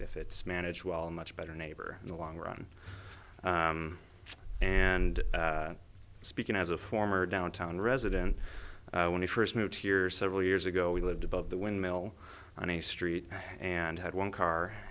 if it's managed well much better neighbor in the long run and speaking as a former downtown resident when we first moved here several years ago we lived above the windmill on a street and had one car